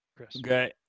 Okay